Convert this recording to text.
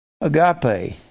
Agape